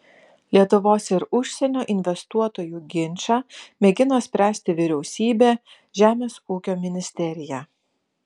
lietuvos ir užsienio investuotojų ginčą mėgino spręsti vyriausybė žemės ūkio ministerija